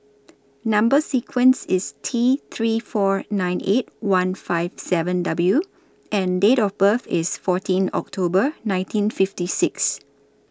Number sequence IS T three four nine eight one five seven W and Date of birth IS fourteen October nineteen fifty six